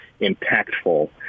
impactful